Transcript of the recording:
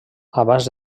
abans